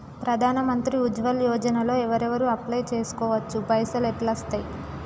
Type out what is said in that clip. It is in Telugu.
ప్రధాన మంత్రి ఉజ్వల్ యోజన లో ఎవరెవరు అప్లయ్ చేస్కోవచ్చు? పైసల్ ఎట్లస్తయి?